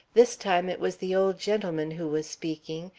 this time it was the old gentleman who was speaking,